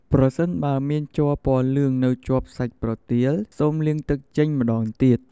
ប្រសិនបើមានជ័រពណ៌លឿងនៅជាប់សាច់ប្រទាល សូមលាងទឹកចេញម្ដងទៀត។